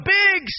big